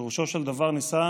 פירושו של דבר, ניסה